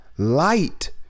Light